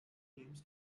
claims